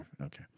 okay